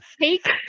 Take